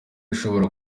ishobora